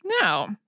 No